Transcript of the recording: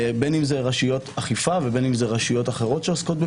בין אם רשויות אכיפה ובין אם אחרות שעוסקות בפרטיות.